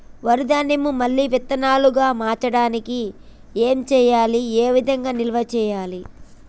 వరి ధాన్యము మళ్ళీ విత్తనాలు గా మార్చడానికి ఏం చేయాలి ఏ విధంగా నిల్వ చేయాలి?